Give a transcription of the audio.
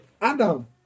Adam